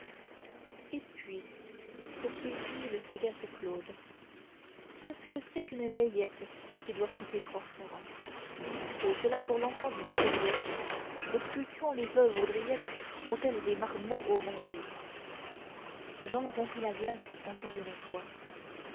et puis poursuivit le sagace claude qu'est-ce que c'est qu'une layette qui doit coûter trois florins et cela pour l'enfant d'une haudriette depuis quand les veuves haudriettes ont-elles des marmots au maillot jehan rompit la glace encore une fois